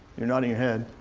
you're nodding your head.